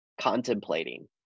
contemplating